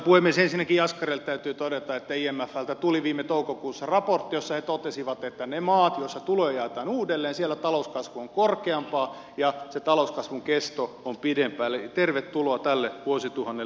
ensinnäkin jaskarille täytyy todeta että imfltä tuli viime toukokuussa raportti jossa he totesivat että niissä maissa joissa tuloja jaetaan uudelleen talouskasvu on korkeampaa ja se talouskasvun kesto on pidempää eli tervetuloa tälle vuosituhannelle